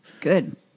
good